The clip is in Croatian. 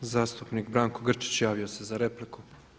Zastupnik Branko Grčić javio se za repliku.